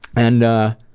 and ah,